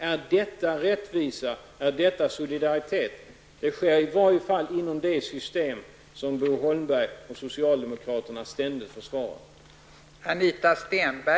Är detta rättvisa och solidaritet, Bo Holmberg? Detta sker inom det system som Bo Holmberg och socialdemokraterna ständigt försvarar.